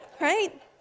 right